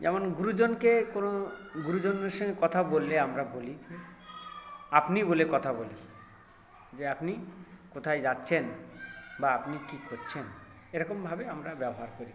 যেমন গুরুজনকে কোনো গুরুজনদের সঙ্গে কথা বললে আমরা বলি যে আপনি বলে কথা বলি যে আপনি কোথায় যাচ্ছেন বা আপনি কী করছেন এরকমভাবে আমরা ব্যবহার করি